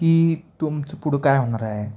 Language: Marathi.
की तुमचं पुढं काय होणार आहे